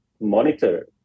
monitor